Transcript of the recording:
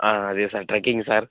అదే sir trekking sir